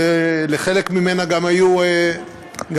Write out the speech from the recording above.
ולחלק ממנה גם היו מאזינים.